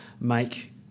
make